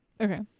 Okay